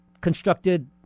constructed